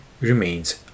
Remains